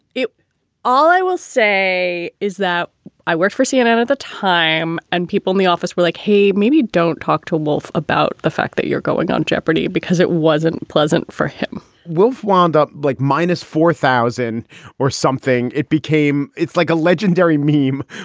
all i will say is that i worked for cnn at the time and people in the office were like, hey, maybe don't talk to wolf about the fact that you're going on jeopardy! because it wasn't pleasant for him wolf wound up like minus four thousand or something. it became it's like a legendary meme.